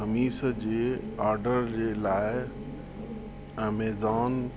कमीस जे ऑडर जे लाए एमेज़ॉन